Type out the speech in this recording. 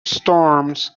storms